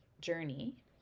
journey